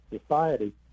society